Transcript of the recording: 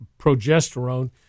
progesterone